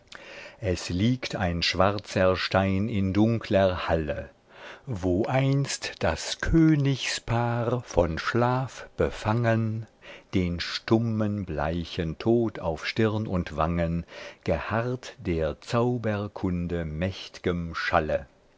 es liegt ein schwarzer stein in dunkler halle wo einst das königspaar von schlaf befangen den stummen bleichen tod auf stirn und wangen geharrt der zauberkunde mächt'gem schalle